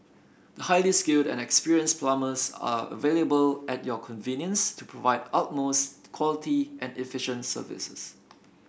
highly skilled and experienced plumbers are available at your convenience to provide utmost quality and efficient services